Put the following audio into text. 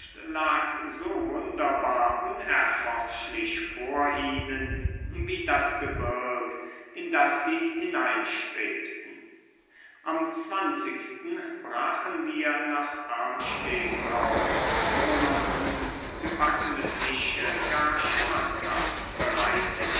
lag so wunderbar unerforschlich vor ihnen wie das gebirg in das sie hineinstrebten am brachen wir nach amsteg auf wo man uns gebackene fische gar schmackhaft bereitete